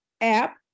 app